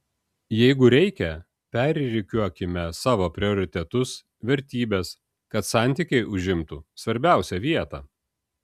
jeigu reikia perrikiuokime savo prioritetus vertybes kad santykiai užimtų svarbiausią vietą